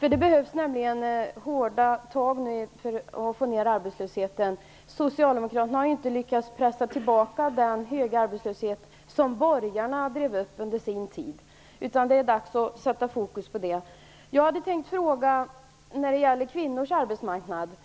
Det behövs nämligen hårda tag nu för att få ned arbetslösheten. Socialdemokraterna har inte lyckats pressa tillbaka den höga arbetslöshet som borgarna drev upp under sin tid. Det är dags att sätta fokus på det. Jag vill ställa en fråga om kvinnornas arbetsmarknad.